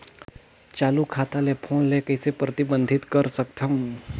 चालू खाता ले फोन ले कइसे प्रतिबंधित कर सकथव?